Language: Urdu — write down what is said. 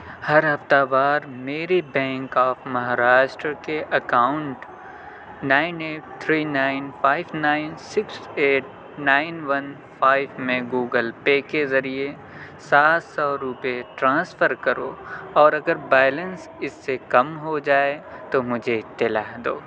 ہر ہفتہ وار میری بینک آف مہاراشٹرا کے account nine eight three nine five nine six eight nine one five میں گوگل پے کے ذریعے سات سو روپئے ٹرانسفر کرو اور اگر بیلنس اس سے کم ہو جائے تو مجھے اطلاع دو